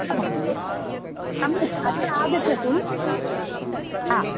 उत्तमं सम्यक् अत्र आगच्छतु हा